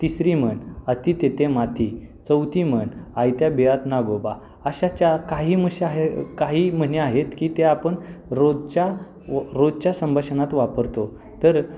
तिसरी म्हण अति तेथे माती चौथी म्हण आयत्या बिळात नागोबा अशा ज्या काही मशा आहे काही म्हणी आहेत की ते आपण रोजच्या रोजच्या संभाषणात वापरतो तर